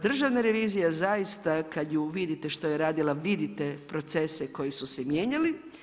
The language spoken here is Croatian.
Državna revizija zaista kad ju vidite što je radila vidite procese koji su se mijenjali.